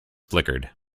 flickered